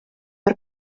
per